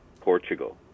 Portugal